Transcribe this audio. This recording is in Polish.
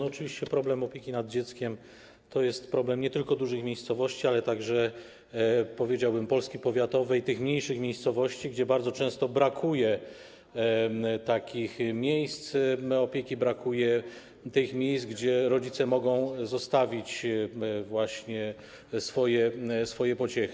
Oczywiście problem opieki nad dzieckiem to jest problem nie tylko dużych miejscowości, ale także, powiedziałbym, Polski powiatowej, tych mniejszych miejscowości, gdzie bardzo często brakuje miejsc opieki, brakuje miejsc, gdzie rodzice mogą zostawić swoje pociechy.